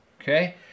okay